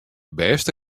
bêste